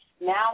now